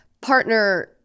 partner